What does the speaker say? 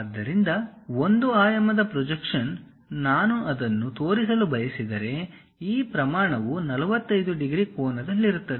ಆದ್ದರಿಂದ ಒಂದು ಆಯಾಮದ ಪ್ರೊಜೆಕ್ಷನ್ ನಾನು ಅದನ್ನು ತೋರಿಸಲು ಬಯಸಿದರೆ ಈ ಪ್ರಮಾಣವು 45 ಡಿಗ್ರಿ ಕೋನದಲ್ಲಿರುತ್ತದೆ